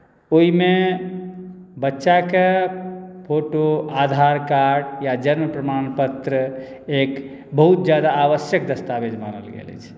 ओहिमे बच्चाके फोटो आधारकार्ड या जन्मप्रमाण पत्र एक बहुत ज्यादा आवश्यक दस्तावेज मानल गेल अछि